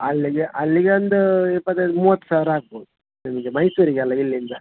ಅಲ್ಲಿಗೆ ಅಲ್ಲಿಗೆ ಒಂದು ಇಪ್ಪತ್ತೈದು ಮೂವತ್ತು ಸಾವಿರ ಆಗ್ಬೋದು ನಿಮಗೆ ಮೈಸೂರಿಗೆ ಅಲ್ವಾ ಇಲ್ಲಿಂದ